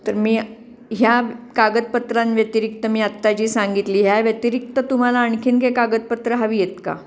तर मी ह्या कागदपत्रांव्यतिरिक्त मी आत्ता जी सांगितली ह्या व्यतिरिक्त तुम्हाला आणखीन काय कागदपत्र हवी आहेत का